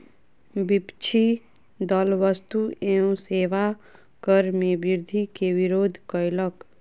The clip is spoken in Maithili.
विपक्षी दल वस्तु एवं सेवा कर मे वृद्धि के विरोध कयलक